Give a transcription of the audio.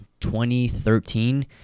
2013